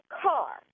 car